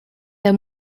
der